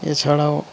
এছাড়াও